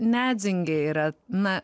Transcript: nedzingė yra na